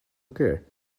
occur